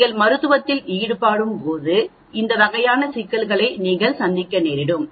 நீங்கள் மருத்துவத்தில் ஈடுபடும்போது இந்த வகையான சிக்கல்களை நாங்கள் சந்திக்கிறோம்